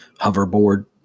hoverboard